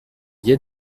deux